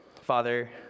Father